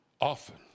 often